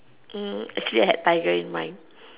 actually I had tiger in mind